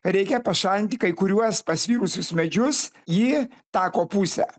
reikia pašalinti kai kuriuos pasvirusius medžius į tako pusę